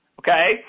okay